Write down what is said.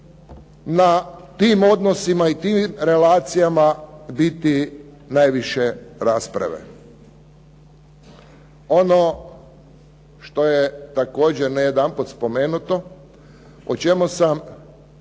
na tim odnosima i tim relacijama biti najviše rasprave. Ono što je također ne jedanput spomenuto o čemu sam